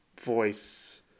voice